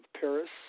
Paris